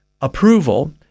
approval